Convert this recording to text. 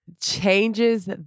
changes